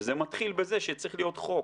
וזה מתחיל בזה שצריך להיות חוק.